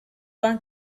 one